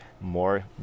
more